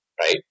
right